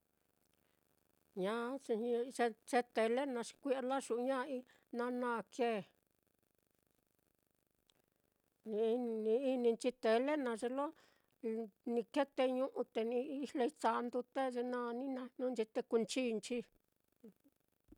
ye-ye tele xi kui'a layu'uña'ai, nanaa kee, ni-ni ininchi tele naá lo ye lo ni kee teñu'u te ni ijloi santu, te ye naá ni jninchi te kuunchinchi.